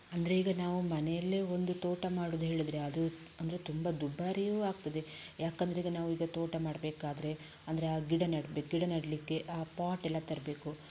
ಅಂದರೆ ಈಗ ನಾವು ಮನೆಯಲ್ಲೇ ಒಂದು ತೋಟ ಮಾಡುದು ಹೇಳಿದರೆ ಅದು ಅಂದರೆ ತುಂಬ ದುಬಾರಿಯೂ ಆಗ್ತದೆ ಯಾಕೆಂದರೆ ಈಗ ನಾವು ಈಗ ತೋಟ ಮಾಡಬೇಕಾದರೆ ಅಂದರೆ ಆ ಗಿಡ ನೆಡಬೇಕು ಗಿಡ ನೆಡಲಿಕ್ಕೆ ಆ ಪಾಟ್ ಎಲ್ಲ ತರಬೇಕು